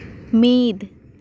ᱢᱤᱫ